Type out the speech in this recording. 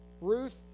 Ruth